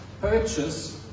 purchase